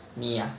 你 ah